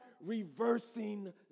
reversing